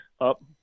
up